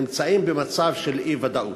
נמצאים במצב של אי-ודאות.